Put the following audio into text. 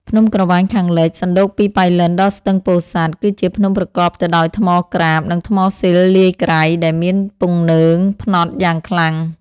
ភ្នំក្រវាញខាងលិច សណ្ដូកពីប៉ៃលិនដល់ស្ទឹងពោធិ៍សាត់ គឺជាភ្នំប្រកបទៅដោយថ្ម ក្រាប និងថ្មស៊ីលលាយក្រៃដែលមានពំនើងផ្នត់យ៉ាងខ្លាំង ។